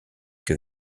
que